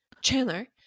Chandler